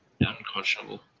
unconscionable